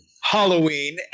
Halloween